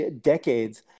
decades